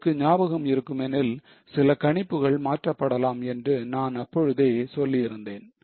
உங்களுக்கு ஞாபகமிருக்கும் எனில் சில கணிப்புகள் மாற்றப்படலாம் என்று நான் அப்பொழுதே சொல்லி இருந்தேன்